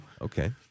Okay